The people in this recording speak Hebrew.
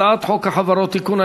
הצעת חוק החברות (תיקון,